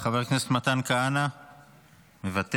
חבר הכנסת מתן כהנא, מוותר,